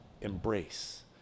embrace